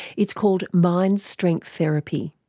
it's called mind strength therapy.